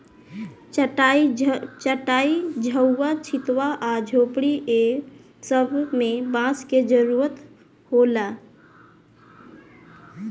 चाटाई, झउवा, छित्वा आ झोपड़ी ए सब मे बांस के जरुरत होला